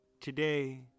today